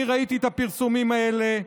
אני ראיתי את הפרסומים האלה,